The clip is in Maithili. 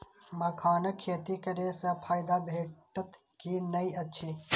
मखानक खेती करे स फायदा भेटत की नै अछि?